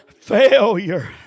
Failure